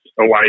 away